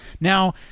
Now